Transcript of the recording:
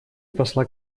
посла